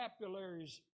capillaries